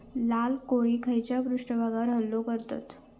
लाल कोळी खैच्या पृष्ठभागावर हल्लो करतत?